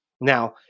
Now